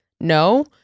No